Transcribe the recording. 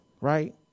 right